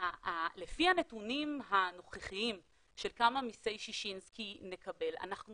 לפי הנתונים הנוכחיים של כמה מסי ששינסקי נקבל אנחנו